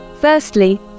Firstly